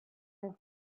have